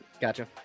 Gotcha